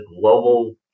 global